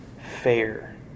fair